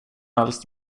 helst